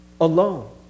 Alone